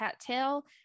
cattail